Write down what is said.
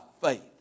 faith